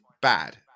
bad